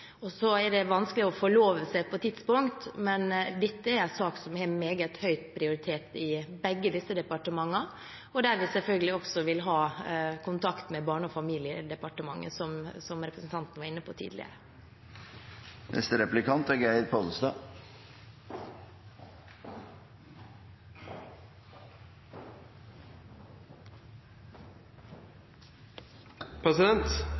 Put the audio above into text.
Så er det vanskelig å forlove seg på tidspunkt, men dette er en sak som har meget høy prioritet i begge disse departementene, og der vi selvfølgelig også vil ha kontakt med Barne-, likestillings- og inkluderingsdepartementet, som representanten var inne på tidligere. Her er